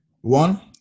one